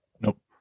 Nope